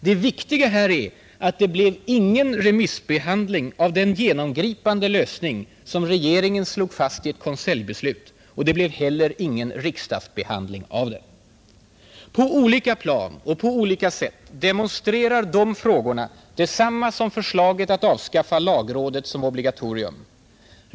Det viktiga här är att det inte blev någon remissbehandling av den genomgripande lösning som regeringen slog fast i ett konseljbeslut och att det inte heller blev någon riksdagsbehandling av det. På olika plan och på olika sätt demonstrerar de båda frågorna detsamma som förslaget att avskaffa lagrådet som obligatorium.